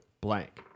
blank